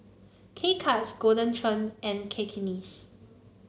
K Cuts Golden Churn and Cakenis